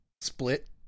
split